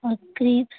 اور کریبس